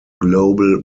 global